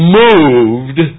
moved